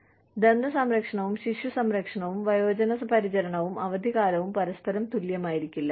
അതിനാൽ ദന്ത സംരക്ഷണവും ശിശു സംരക്ഷണവും വയോജന പരിചരണവും അവധിക്കാലവും പരസ്പരം തുല്യമായിരിക്കില്ല